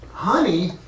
Honey